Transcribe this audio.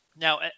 Now